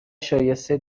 شایسته